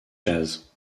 jazz